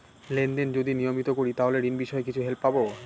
Lane দেন যদি নিয়মিত করি তাহলে ঋণ বিষয়ে কিছু হেল্প পাবো?